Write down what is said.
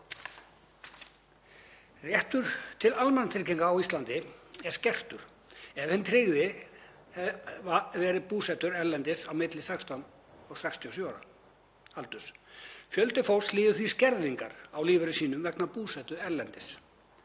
Réttur til almannatrygginga á Íslandi er skertur hafi hinn tryggði verið búsettur erlendis á milli 16 og 67 ára aldurs. Fjöldi fólks líður því skerðingar á lífeyri sínum vegna búsetu erlendis.